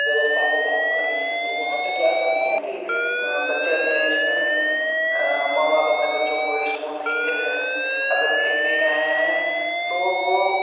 व्यवसथा को प्राप्त कर रहे हैं तो वहाँ पर तो ऐसा नहीं है कि बच्चे अपने स्कूल माँ बाप अपने बच्चों को स्कूल नहीं भेज रहे हैं अगर भेज भी रहे हैं तो वह